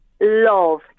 love